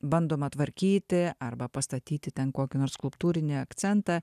bandoma tvarkyti arba pastatyti ten kokį nors skulptūrinį akcentą